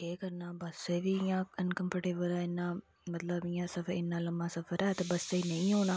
केह् करना बस्सै बी इंया अनकंर्फ्टेबल ऐ इन्ना मतलब की इन्ना लम्मा सफर ऐ ते बस्सै ई नेईं होना